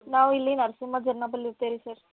ನಾವಿಲ್ಲಿ ನರಸಿಂಹ ಜನ್ನ ಬಲ್ ಇರ್ತೆವೆ ರೀ ಸರ್